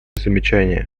замечание